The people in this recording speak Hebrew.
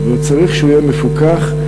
וצריך שהוא יהיה מפוקח,